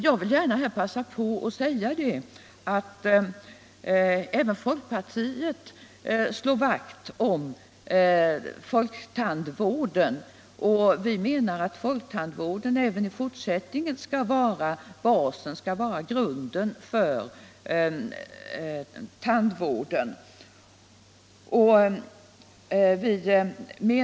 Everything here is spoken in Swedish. Jag vill gärna passa på att säga att även folkpartiet slår vakt om folktandvården och menar att denna även i fortsättningen skall vara grunden för tandvården.